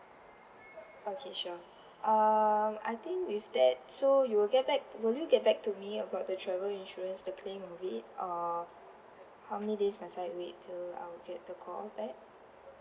okay sure um I think with that so you'll get back will you get back to me about the travel insurance the claim of it uh how many days must I wait until I'll get the call back